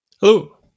Hello